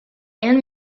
and